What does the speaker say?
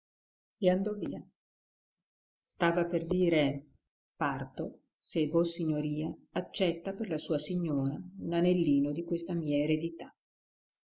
andò via stava per dire parto se vossignoria accetta per la sua signora un anellino di questa mia eredità